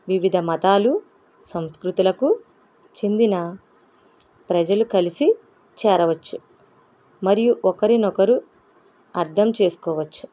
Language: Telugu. వివిధ మతాలు సంస్కృతులకు చెందిన ప్రజలు కలిసి చేరవచ్చు మరియు ఒకరినొకరు అర్థం చేసుకోవచ్చు